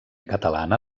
catalana